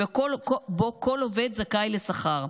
שבו כל עובד זכאי לשכר.